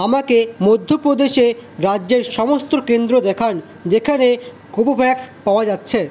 আমাকে মধ্যপ্রদেশে রাজ্যের সমস্ত কেন্দ্র দেখান যেখানে কোভোভ্যাক্স পাওয়া যাচ্ছে